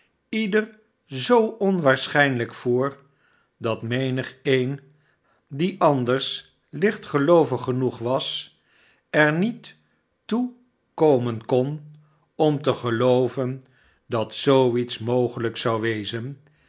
ieder zoo onwaarschijnlijk voor dat menigeen die anders lichtgeloovig genoeg was er niet toe komen kon om te gelooven dat zoo iets mogelijk zou wezen